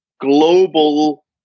global